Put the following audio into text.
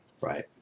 Right